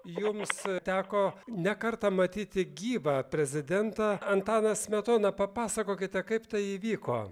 jums teko ne kartą matyti gyvą prezidentą antaną smetoną papasakokite kaip tai įvyko